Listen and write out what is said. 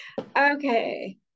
Okay